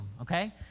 okay